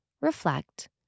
reflect